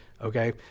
okay